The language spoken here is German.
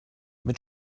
mit